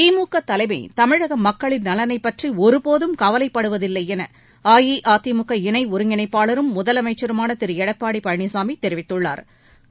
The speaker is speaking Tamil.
திமுக தலைமை தமிழக மக்களின் நலனைப் பற்றி ஒருபோதும் கவலைப்படுவதில்லை என அஇஅதிமுக இணை ஒருங்கிணைப்பாளரும் முதலமைச்சருமான திரு எடப்பாடி பழனிசாமி தெரிவித்துள்ளா்